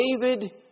David